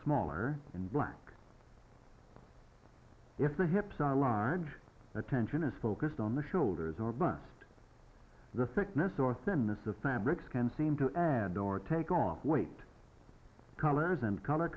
smaller in black if the hips are large attention is focused on the shoulders or bust the thickness or thinness of fabrics can seem to add or take off weight colors and color